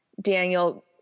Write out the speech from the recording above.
Daniel